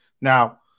now